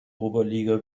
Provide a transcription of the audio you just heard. oberliga